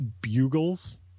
bugles